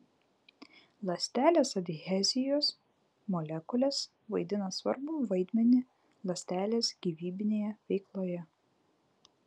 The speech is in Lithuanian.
ląstelės adhezijos molekulės vaidina svarbų vaidmenį ląstelės gyvybinėje veikloje